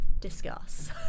discuss